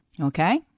Okay